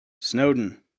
Snowden